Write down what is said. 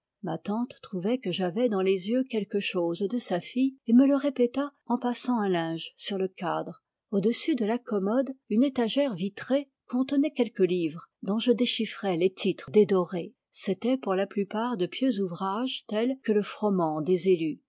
ma tante trouvait que j'avais dans les yeux quelque chose de sa fille et me le répéta en passant un linge sur le cadre au-dessus de la commode une étagère vitrée contenait quelques livres dont je déchiffrai les titres dédorés c'étaient pour la plupart de pieux ouvrages tels que le froment des élus